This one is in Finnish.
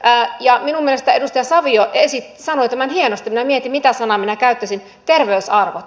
minun mielestäni edustaja savio sanoi tämän hienosti minä mietin mitä sanaa minä käyttäisin terveysarvot